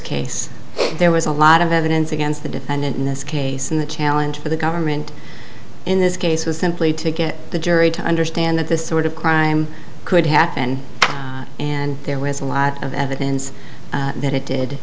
case there was a lot of evidence against the defendant in this case and the challenge for the government in this case is simply to get the jury to understand this sort of crime could happen and there was a lot of evidence that it did